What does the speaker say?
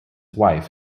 wife